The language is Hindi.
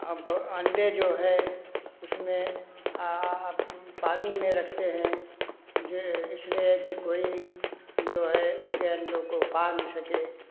अब अंडे जो है उसमें आप पानी में रखते हैं जो इसलिए कि कोई जो है उनके अंडों को पा न सके